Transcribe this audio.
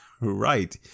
Right